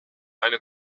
eine